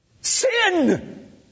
Sin